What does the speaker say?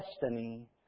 destiny